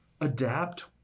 adapt